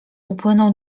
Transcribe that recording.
upłynął